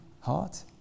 heart